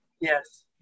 Yes